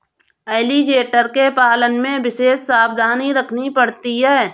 alligator के पालन में विशेष सावधानी रखनी पड़ती है